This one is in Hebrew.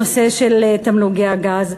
הנושא של תמלוגי הגז.